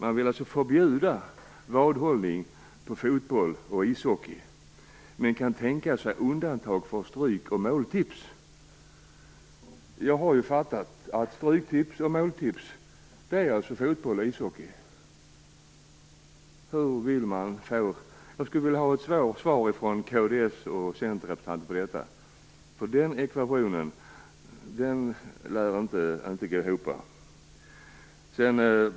Man vill alltså förbjuda vadhållning kring fotboll och ishockey, men man kan tänka sig undantag för stryktipset och måltipset. Jag förstår att stryktipset och måltipset gäller fotboll och ishockey. Jag skulle vilja ha ett svar från Kristdemokraternas och Centerns representanter i det sammanhanget. Nämnda ekvation lär inte gå ihop.